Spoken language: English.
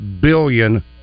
billion